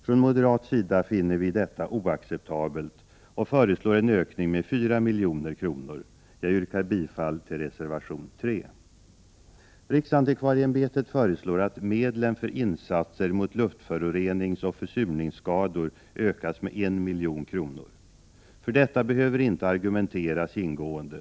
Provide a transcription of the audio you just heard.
Från moderat sida finner vi detta oacceptabelt och föreslår en ökning med 4 milj.kr. Jag yrkar bifall till reservation 3. RAÄ föreslår att medlen för insatser mot luftföroreningsoch försurningsskador ökas med 1 milj.kr. För detta behöver inte argumenteras ingående.